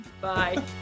bye